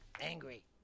Angry